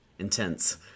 intense